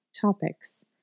Topics